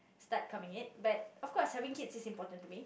start coming in but of course having kids is important to me